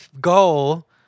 goal